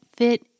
Fit